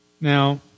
Now